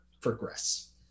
progress